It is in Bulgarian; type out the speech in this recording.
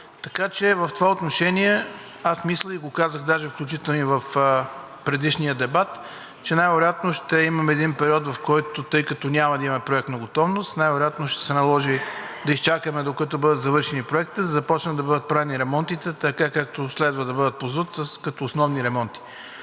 ремонти. В това отношение аз мисля и го казах, мисля, в предишния дебат, че най-вероятно ще имаме един период, тъй като няма да имаме проектна готовност, най-вероятно ще се наложи да изчакаме, докато бъдат завършени проектите, за да започнат да бъдат правени ремонтите, така както следва да бъдат по ЗУТ като основни ремонти.